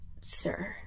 sir